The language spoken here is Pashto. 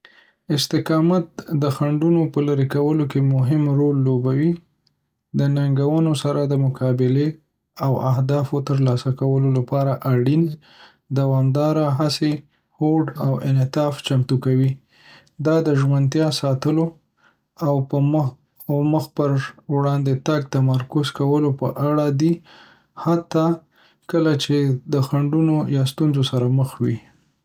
استقامت د خنډونو په لرې کولو کې مهم رول لوبوي، د ننګونو سره د مقابلې او اهدافو ترلاسه کولو لپاره اړین دوامداره هڅې، هوډ او انعطاف چمتو کوي. دا د ژمنتیا ساتلو او په مخ پر وړاندې تګ تمرکز کولو په اړه دی، حتی کله چې د خنډونو یا ستونزو سره مخ وي.